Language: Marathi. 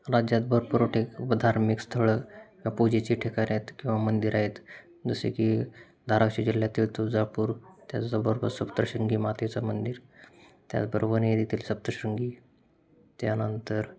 राज्यात भरपूर मोठे धार्मिक स्थळं पूजेचे ठिकाणं आहेत किंवा मंदिर आहेत जसे की धाराशिव जिल्ह्यातील तुळजापूर त्याचं भरपूर सप्तशृंगी मातेचं मंदिर त्याचबरोबर वणी येथील सप्तशृंगी त्यानंतर